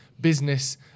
business